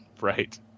Right